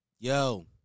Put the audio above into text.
Yo